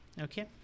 okay